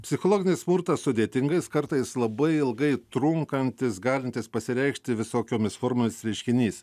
psichologinis smurtas sudėtingais kartais labai ilgai trunkantis galintis pasireikšti visokiomis formomis reiškinys